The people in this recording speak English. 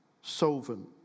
solvent